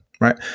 right